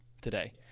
today